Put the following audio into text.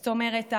זאת אומרת,